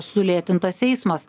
sulėtintas eismas